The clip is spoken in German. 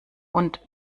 und